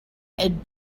had